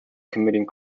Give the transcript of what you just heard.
committing